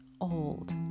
old